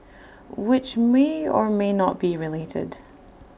which may or may not be related